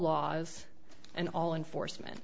laws and all enforcement